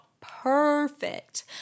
perfect